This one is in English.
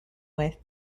with